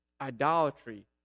idolatry